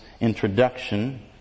introduction